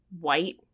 white